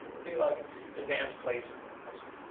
would be like advanced placement in high school.